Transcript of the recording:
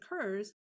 occurs